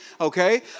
okay